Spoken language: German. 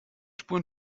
spuren